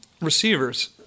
receivers